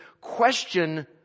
question